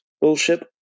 bullshit